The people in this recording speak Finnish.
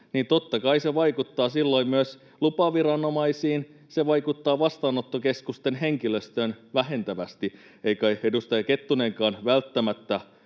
ja totta kai se vaikuttaa silloin myös lupaviranomaisiin, se vaikuttaa vastaanottokeskusten henkilöstöön vähentävästi. Ei kai edustaja Kettunenkaan välttämättä